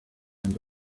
and